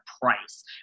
price